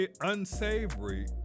unsavory